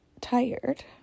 tired